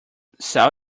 sal